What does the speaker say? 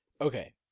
Okay